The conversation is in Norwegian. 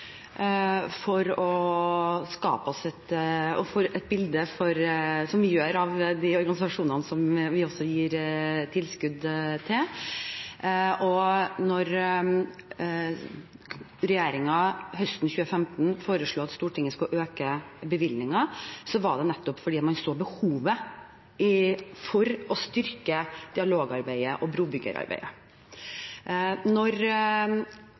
for å skape oss et bilde av de organisasjonene som vi gir tilskudd til. Da regjeringen høsten 2015 foreslo at Stortinget skulle øke bevilgningen, var det nettopp fordi man så behovet for å styrke dialogarbeidet og brobyggerarbeidet.